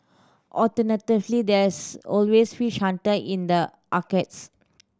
alternatively there's always Fish Hunter in the arcades